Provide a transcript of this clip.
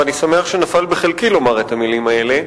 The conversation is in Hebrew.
ואני שמח שנפל בחלקי לומר את המלים האלה.